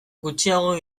gutxiago